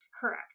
correct